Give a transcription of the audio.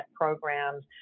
programs